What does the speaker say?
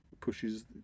pushes